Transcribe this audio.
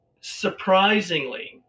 surprisingly